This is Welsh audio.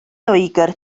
loegr